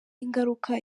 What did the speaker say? ingaruka